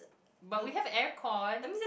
but we have aircon